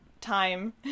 time